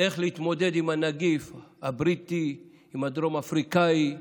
איך להתמודד עם הנגיף הבריטי, עם הדרום-אפריקאי,